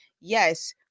yes